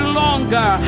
longer